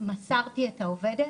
מסרתי את העובדת.